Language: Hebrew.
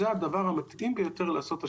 זה הדבר המתאים ביותר לעשות השנה.